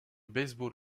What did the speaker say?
baseball